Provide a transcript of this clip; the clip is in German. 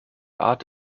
art